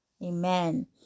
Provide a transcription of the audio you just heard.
Amen